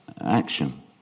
action